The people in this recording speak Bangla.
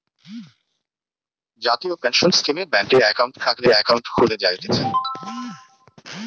জাতীয় পেনসন স্কীমে ব্যাংকে একাউন্ট থাকলে একাউন্ট খুলে জায়তিছে